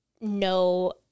no